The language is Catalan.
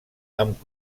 amb